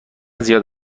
زیاد